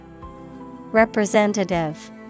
Representative